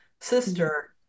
sister